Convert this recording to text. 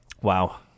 wow